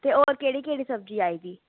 ते होर केह्ड़ी केह्ड़ी सब्जी आई दी